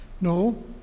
No